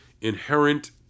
inherent